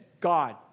God